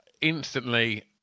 instantly